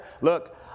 Look